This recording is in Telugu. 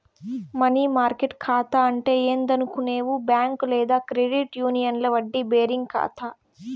మనీ మార్కెట్ కాతా అంటే ఏందనుకునేవు బ్యాంక్ లేదా క్రెడిట్ యూనియన్ల వడ్డీ బేరింగ్ కాతా